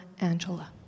Angela